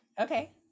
Okay